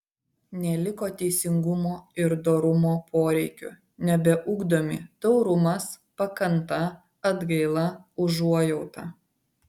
neliko teisingumo ir dorumo poreikių nebeugdomi taurumas pakanta atgaila užuojauta